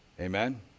Amen